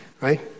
Right